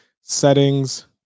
settings